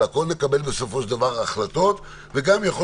על הכול נקבל בסופו של דבר החלטות וגם יכול